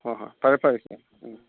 ꯍꯣꯏ ꯍꯣꯏ ꯐꯔꯦ ꯐꯔꯦ ꯎꯝ